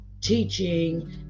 teaching